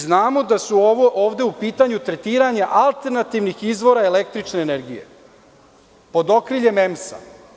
Znamo da su ovde u pitanju tretiranja alternativnih izvora električne energije pod okriljem EMS.